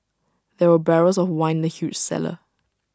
there were barrels of wine in the huge cellar